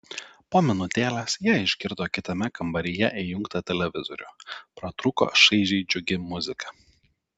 po minutėlės jie išgirdo kitame kambaryje įjungtą televizorių pratrūko šaižiai džiugi muzika